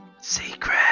Secret